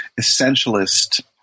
essentialist